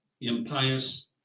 impious